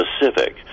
specific